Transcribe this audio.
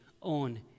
on